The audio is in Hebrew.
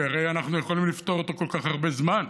כי הרי אנחנו יכולים לפתור אותו כל כך הרבה זמן,